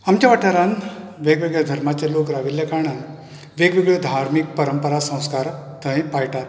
आमच्या वाठारांत वेगळेवेगळे धर्माचे लोक राविल्या कारणान वेगळ्यावेगळ्यो धार्मीक परंपरा संस्कार थंय पाळटात